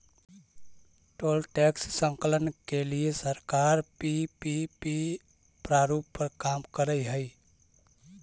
toll tax संकलन के लिए सरकार पीपीपी प्रारूप पर काम करऽ हई